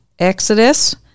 Exodus